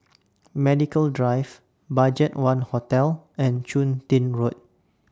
Medical Drive BudgetOne Hotel and Chun Tin Road